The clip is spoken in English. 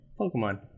Pokemon